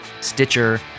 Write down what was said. Stitcher